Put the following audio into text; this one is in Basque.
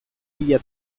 mila